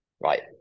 Right